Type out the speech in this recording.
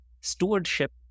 Stewardship